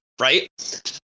Right